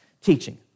teaching